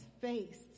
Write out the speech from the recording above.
faced